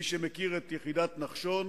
מי שמכיר את יחידת נחשון,